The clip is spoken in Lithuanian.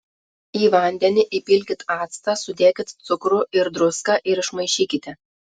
į vandenį įpilkit actą sudėkit cukrų ir druską ir išmaišykite